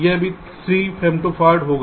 यह भी 3 फेमटॉफर्ड होगा